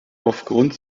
aufgrund